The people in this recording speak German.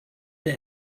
der